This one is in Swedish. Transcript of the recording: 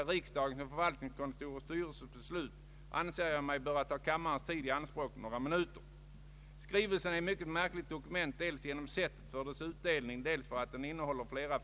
Åtminstone har jag, som sagt, inte varit med och kunnat ta ställning till detta.